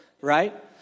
Right